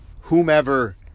whomever